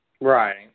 right